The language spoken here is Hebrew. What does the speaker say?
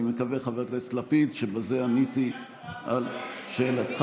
אני מקווה, חבר הכנסת לפיד, שבזה עניתי על שאלתך.